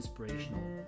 inspirational